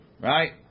Right